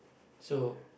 so